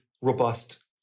robust